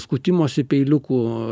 skutimosi peiliukų